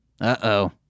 uh-oh